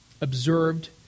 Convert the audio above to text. observed